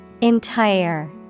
Entire